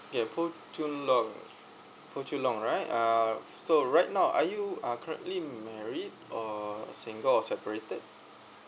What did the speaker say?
yeah poh jun long poh jun long right uh so right now are you uh currently married or single or separated